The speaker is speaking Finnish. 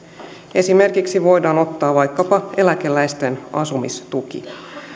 esimerkiksi voidaan ottaa vaikkapa eläkeläisten asumistuki